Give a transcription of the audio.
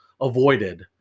avoided